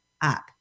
up